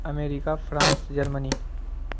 America France Germany